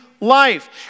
life